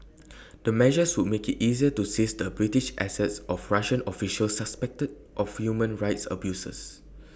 the measures would make IT easier to seize the British assets of Russian officials suspected of human rights abuses